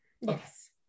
Yes